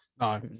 no